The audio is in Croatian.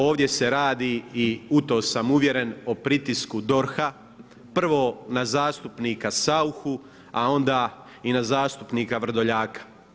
Ovdje se radi i u to sam uvjeren o pritisku DORH-a, prvo na zastupnika Sauchu, a onda i na zastupnika Vrdoljaka.